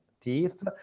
teeth